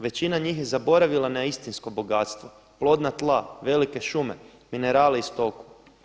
Većina njih je zaboravila na istinsko bogatstvo, plodna tla, velike šume, minerale i stoku.